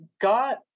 got